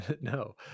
No